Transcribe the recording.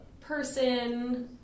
person